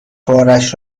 بارش